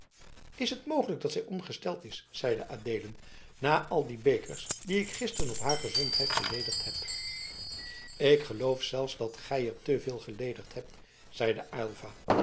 is t mogelijk dat zij ongesteld is zeide adeelen na al de bekers die ik gisteren op haar gezondheid geledigd heb ik geloof zelfs dat gij er te veel geledigd hebt zeide aylva